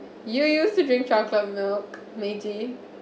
you used to drink chocolate milk meiji